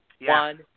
One